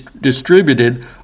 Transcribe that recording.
distributed